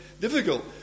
difficult